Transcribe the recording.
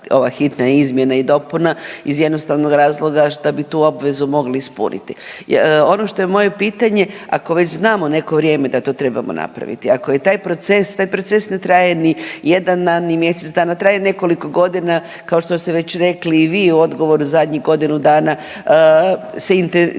ova hitna izmjena i dopuna iz jednostavnog razloga šta bi tu obvezu mogli ispuniti. Ono što je moje pitanje ako već znamo neko vrijeme da to trebamo napraviti, ako je taj proces, taj proces ne traje ni jedan dan, ni mjesec dana, traje nekoliko godina, kao što ste već rekli i vi u odgovoru zadnjih godinu dana se intenziviraju